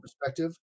perspective